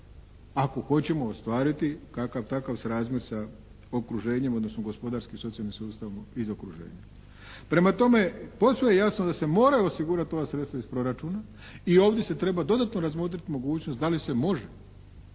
ako hoćemo ostvariti kakav takav srazmjer sa okruženjem odnosno gospodarskim socijalnim sustavom iz okruženja. Prema tome posve je jasno da se moraju osigurati ova sredstva iz proračuna i ovdje se treba dodatno razmotriti mogućnost da li se može